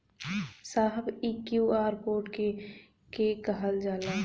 साहब इ QR code के के कहल जाला?